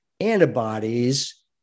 antibodies